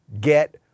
get